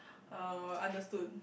oh understood